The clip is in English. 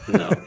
no